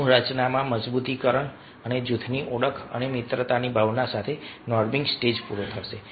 સમૂહ રચનાના મજબૂતીકરણ અને જૂથની ઓળખ અને મિત્રતાની ભાવના સાથે નોર્મિંગ સ્ટેજ પૂરો થયો